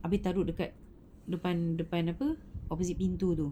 habis taruk dekat depan-depan apa opposite pintu tu